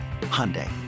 Hyundai